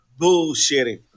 bullshitting